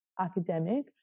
academic